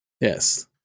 Yes